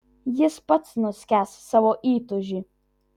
jis pats nuskęs savo įtūžy